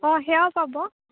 অঁ সেইয়াও পাব